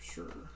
Sure